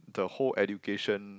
the whole education